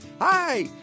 Hi